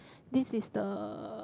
this is the